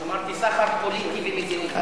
אמרתי: סחר פוליטי ומדיני.